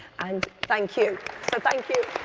and thank you thank you.